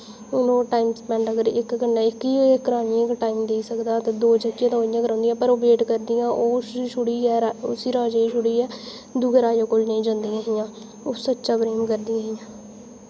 हून ओह् time spend अगर इक कन्नै इक ई इक टाइम देई सकदा दो जेह्कियां ओह् इ'यां गै रौंह्दियां पर ओह् वेट करदियां ओह् उसी छुड़ियै उसी राजे ई छुड़ियै दूए राजे कोल नेईं जंदियां ओह् सच्चा प्रेम करदियां हियां